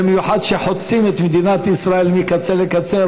במיוחד כשחוצים את מדינת ישראל מקצה לקצה,